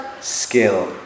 skill